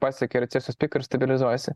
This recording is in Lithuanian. pasiekė recesijos piką ir stabilizuojasi